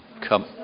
come